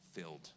filled